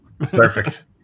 Perfect